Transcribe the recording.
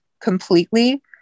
completely